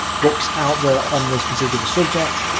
books out there on this particular subject.